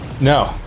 No